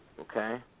okay